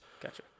Gotcha